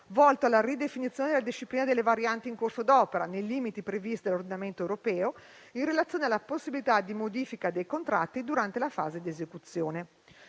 volto alla ridefinizione della disciplina delle varianti in corso d'opera, nei limiti previsti dall'ordinamento europeo, in relazione alla possibilità di modifica dei contratti durante la fase di esecuzione.